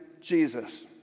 Jesus